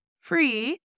free